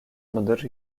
mıdır